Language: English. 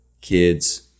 kids